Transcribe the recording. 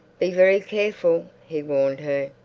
be very careful, he warned her.